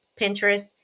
Pinterest